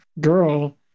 girl